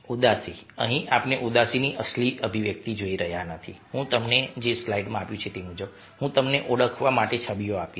ઉદાસી અહીં આપણે ઉદાસીની અસલી અભિવ્યક્તિ જોઈ રહ્યા નથી હું તમને તે ઓળખવા માટે છબીઓ આપીશ